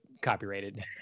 copyrighted